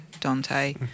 dante